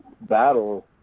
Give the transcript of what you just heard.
battle